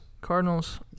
Cardinals